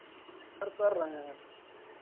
sir कर रहे हैं